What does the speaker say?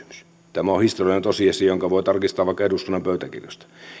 tämä on historiallinen tosiasia jonka voi tarkistaa vaikka eduskunnan pöytäkirjoista